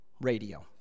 radio